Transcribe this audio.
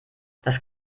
das